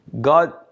God